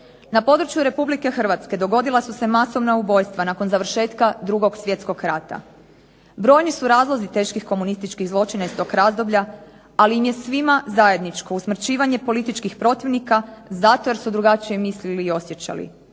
Na području Republike Hrvatske dogodila su se masovna ubojstva nakon završetka 2. svjetskog rata. Brojni su razlozi teških komunističkih zločina iz toga razdoblja ali svima im je zajedničko usmrćivanje političkih protivnika zato jer su drugačije mislili i osjećali.